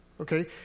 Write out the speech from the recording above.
Okay